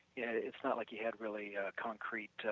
yeah it's not like you had really concrete